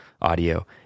audio